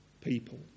people